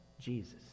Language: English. Jesus